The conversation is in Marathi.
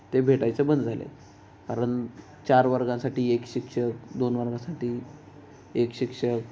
ते भेटायचं बंद झाल्या आहेत कारण चार वर्गांसाठी एक शिक्षक दोन वर्गांसाठी एक शिक्षक